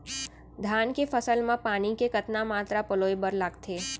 धान के फसल म पानी के कतना मात्रा पलोय बर लागथे?